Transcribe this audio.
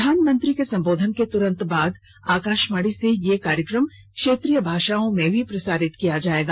प्रधानमंत्री के संबोधन के तुरंत बाद आकाशवाणी से यह कार्यक्रम क्षेत्रीय भाषाओं में भी प्रसारित किया जाएगा